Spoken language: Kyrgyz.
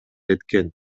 эткен